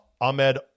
Ahmed